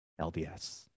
LDS